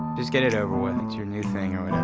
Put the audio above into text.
just get it over with. it's your new thing or and and